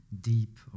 deep